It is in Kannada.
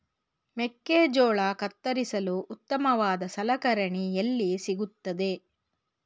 ಮೆಕ್ಕೆಜೋಳ ಕತ್ತರಿಸಲು ಉತ್ತಮವಾದ ಸಲಕರಣೆ ಎಲ್ಲಿ ಸಿಗುತ್ತದೆ?